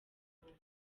banjye